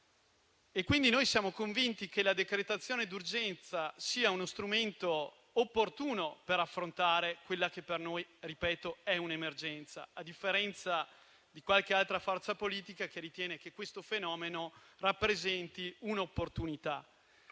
quindi convinti che la decretazione d'urgenza sia uno strumento opportuno per affrontare quella che per noi - lo ripeto - è un'emergenza, a differenza di qualche altra forza politica che ritiene che questo fenomeno rappresenti un'opportunità.